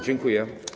Dziękuję.